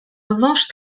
revanche